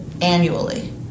annually